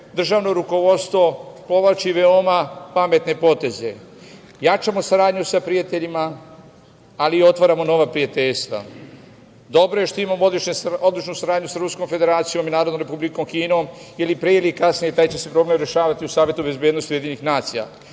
državno rukovodstvo povlači veoma pametne poteze. Jačamo saradnju sa prijateljima, ali otvaramo i nova prijateljstva. Dobro je što imam odličnu saradnju sa Ruskom Federacijom i Narodnom Republikom Kinom, pre ili kasnije taj problem će se rešavati u Savetu bezbednosti UN. Kao